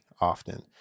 often